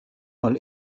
mal